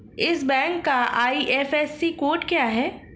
इस बैंक का IFSC code क्या है?